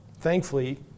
Thankfully